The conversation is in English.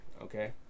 okay